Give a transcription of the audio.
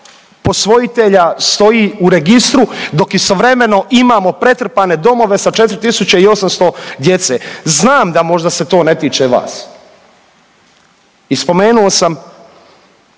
posvojitelja stoji u registru dok istovremeno imamo pretrpane domove sa 4.800 djece. Znam da možda se to ne tiče vas i spomenuo sam